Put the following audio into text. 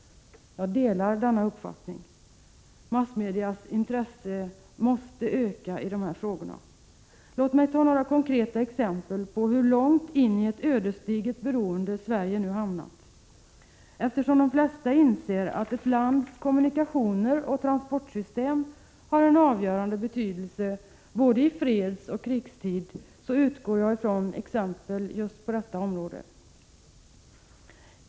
Jag delar denna uppfattning. Massmedias intresse måste öka när det gäller dessa frågor. Låt mig ta några konkreta exempel på hur långt in i ett ödesdigert beroende Sverige nu har hamnat. Eftersom de flesta inser att ett lands kommunikationer och transportsystem har en avgörande betydelse i både fredsoch krigstid, utgår jag från exempel just på detta område.